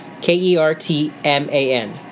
K-E-R-T-M-A-N